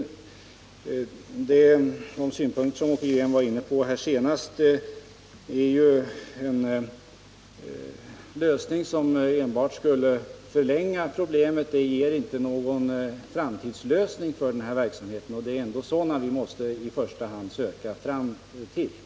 En lösning enligt de tankegångar som Åke Green var inne på i sitt senaste inlägg skulle bara förlänga problemet — den är inte någon framtidslösning, och det är ändå sådana vi i första hand måste försöka finna.